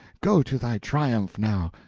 go to thy triumph, now!